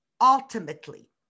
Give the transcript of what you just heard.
ultimately